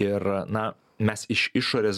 ir na mes iš išorės